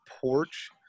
porch